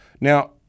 Now